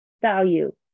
value